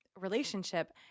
relationship